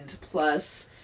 plus